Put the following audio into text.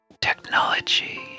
technology